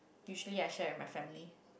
usually I share with my family